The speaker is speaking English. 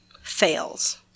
fails